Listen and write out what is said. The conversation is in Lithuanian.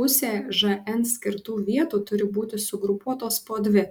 pusė žn skirtų vietų turi būti sugrupuotos po dvi